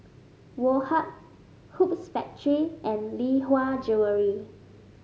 Woh Hup Hoops Factory and Lee Hwa Jewellery